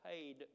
paid